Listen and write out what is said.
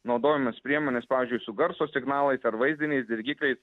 naudojamos priemonės pavyzdžiui su garso signalais ar vaizdiniais dirgikliais